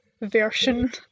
version